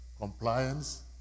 compliance